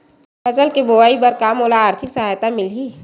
फसल के बोआई बर का मोला आर्थिक सहायता मिलही?